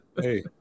Hey